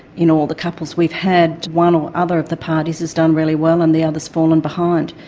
you know all the couples we've had, one or other of the parties has done really well and the other has fallen behind.